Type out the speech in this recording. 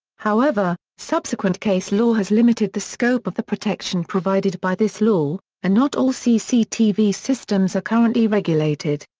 however, subsequent case law has limited the scope of the protection provided by this law, and not all cctv systems are currently regulated.